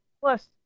Plus